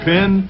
Pin